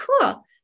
cool